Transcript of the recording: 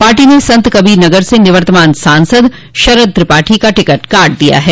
party ने संतकबीर नगर से निवर्तमान सांसद शरद त्रिपाठी का टिकट काट दिया है